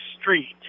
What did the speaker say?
street